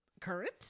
current